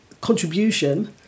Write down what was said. contribution